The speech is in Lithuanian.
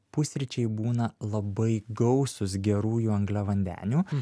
pusryčiai būna labai gausūs gerųjų angliavandenių